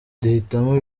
duhitamo